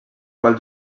qual